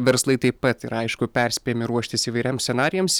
verslai taip pat yra aišku perspėjami ruoštis įvairiems scenarijams